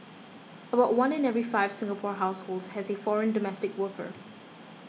about one in every five Singapore households has a foreign domestic worker